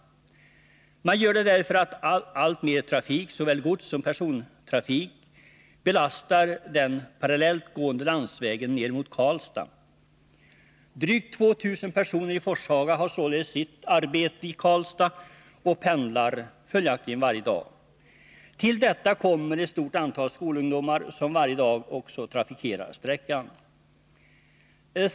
Man gör det för att alltmer trafik —- såväl godssom persontrafik — belastar den parallellt gående landsvägen ner mot Karlstad. Drygt 2 000 personer i Forshaga har sitt arbete i Karlstad och pendlar följaktligen varje dag. Till detta kommer ett stort antal skolungdomar som varje dag också trafikerar sträckan.